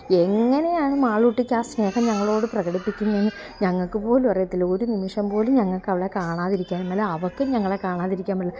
എങ്ങനെയാണ് മാളൂട്ടിക്ക് ആ സ്നേഹം ഞങ്ങളോട് പ്രകടിപ്പിക്കുന്നേന്ന് ഞങ്ങള്ക്ക് പോലും അറിയത്തില്ല ഒരു നിമിഷം പോലും ഞങ്ങള്ക്ക് അവളെ കാണാതിരിക്കാൻ മേല അവള്ക്കും ഞങ്ങളെ കാണാതിരിക്കാൻ മേല